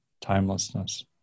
timelessness